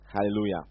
Hallelujah